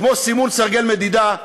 כמו סימון סרגל מדידה.